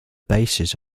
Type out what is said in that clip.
basis